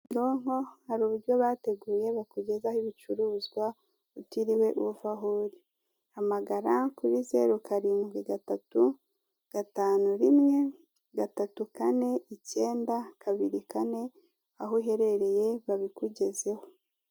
Kimironko hari uburyo bateguye bakugezaho ibicuruzwa utiriwe uva aho uri hamagara kuri Zero Karindwi Gatatu Gatanu Rimwe Gatatu rimwe gatu kane Icyenda Kabiri Kane aho uherereye babikugezeho